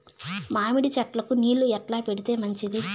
మామిడి చెట్లకు నీళ్లు ఎట్లా పెడితే మంచిది?